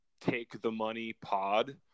TakeTheMoneyPod